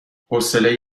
حوصله